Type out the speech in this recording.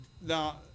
Now